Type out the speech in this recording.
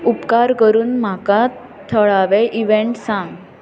उपकार करून म्हाका थळावे इव्हेंट सांग